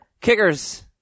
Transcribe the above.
Kickers